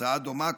הצעה דומה,